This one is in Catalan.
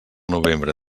novembre